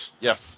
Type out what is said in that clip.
Yes